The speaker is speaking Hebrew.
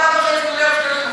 4.5 מיליארד שקלים,